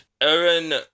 Aaron